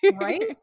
Right